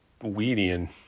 weedian